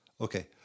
Okay